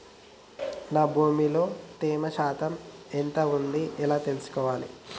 నా భూమి లో తేమ శాతం ఎంత ఉంది ఎలా తెలుసుకోవాలే?